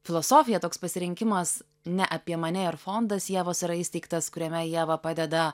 filosofija toks pasirinkimas ne apie mane ir fondas ievos yra įsteigtas kuriame ieva padeda